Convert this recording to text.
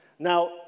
Now